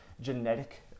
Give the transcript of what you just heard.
genetic